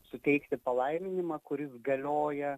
suteikti palaiminimą kuris galioja